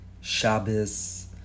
Shabbos